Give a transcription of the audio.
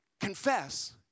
Confess